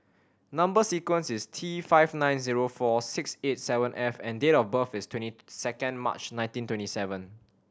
number sequence is T five nine zero four six eight seven F and date of birth is twenty second March nineteen twenty seven